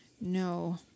no